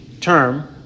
term